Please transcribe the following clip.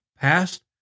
past